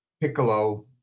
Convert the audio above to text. piccolo